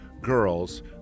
girls